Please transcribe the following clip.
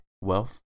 wealth